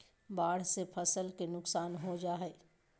बाढ़ से फसल के नुकसान हो जा हइ